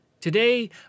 Today